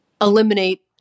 eliminate